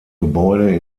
gebäude